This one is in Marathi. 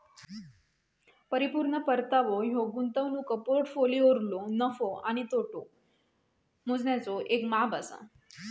परिपूर्ण परतावो ह्यो गुंतवणूक पोर्टफोलिओवरलो नफो किंवा तोटो मोजण्याचा येक माप असा